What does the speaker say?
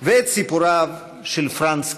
ואת סיפוריו של פרנץ קפקא.